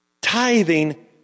Tithing